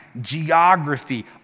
geography